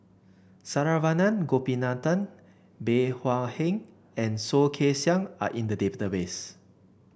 Saravanan Gopinathan Bey Hua Heng and Soh Kay Siang are in the database